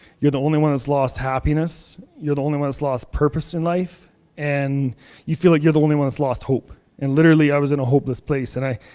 you're the only one who's lost happiness. you're the only one who's lost purpose in life and you feel like you're the only one who's lost hope. and literally, i was in a hopeless place and i,